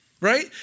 right